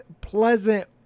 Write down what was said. pleasant